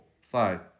five